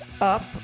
Up